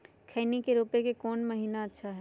खैनी के रोप के कौन महीना अच्छा है?